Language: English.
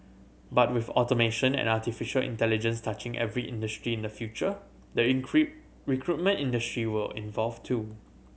but with automation and artificial intelligence touching every industry in the future the recruitment industry will evolve too